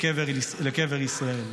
לקבר ישראל.